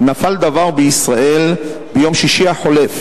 נפל דבר בישראל ביום שישי החולף,